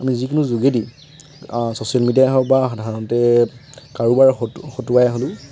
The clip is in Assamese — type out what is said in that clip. মানে যিকোনো যোগেদি ছ'চিয়েল মিডিয়াই হওক বা সাধাৰণতে কাৰোবাৰ হ হতুৱাই হওক